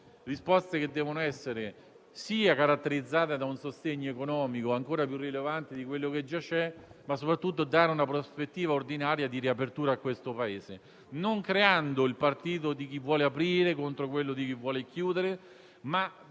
risposte, che devono essere caratterizzate da un sostegno economico ancora più rilevante di quello che già c'è, e soprattutto dare una prospettiva ordinaria di riapertura a questo Paese. Non si deve creare il partito di chi vuole aprire contro quello di chi vuole chiudere, ma